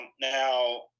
now